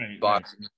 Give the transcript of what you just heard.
boxing